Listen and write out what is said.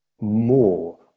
more